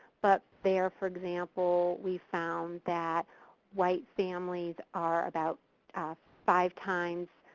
but there, for example, we found that white families are about five times